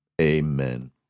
Amen